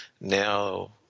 Now